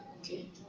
okay